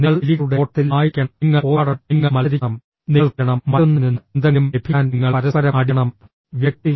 നിങ്ങൾ എലികളുടെ ഓട്ടത്തിൽ ആയിരിക്കണം നിങ്ങൾ പോരാടണം നിങ്ങൾ മത്സരിക്കണം നിങ്ങൾ കൊല്ലണം മറ്റൊന്നിൽ നിന്ന് എന്തെങ്കിലും ലഭിക്കാൻ നിങ്ങൾ പരസ്പരം അടിക്കണം വ്യക്തി